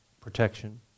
protection